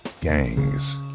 gangs